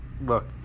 look